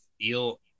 feel